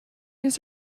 his